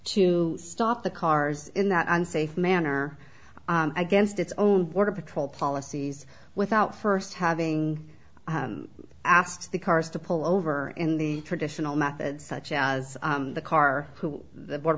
to stop the cars in that unsafe manner against its own border patrol policies without first having asked the cars to pull over or in the traditional methods such as the car the border